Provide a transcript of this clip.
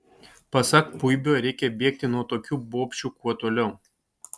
pasak puibio reikia bėgti nuo tokių bobšių kuo toliau